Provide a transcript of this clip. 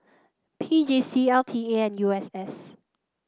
P J C L T A U S S